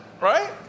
right